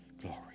Glory